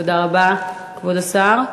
תודה רבה, כבוד השר.